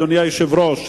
אדוני היושב-ראש,